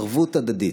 ערבות הדדית.